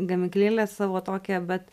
gamyklėlę savo tokią bet